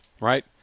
right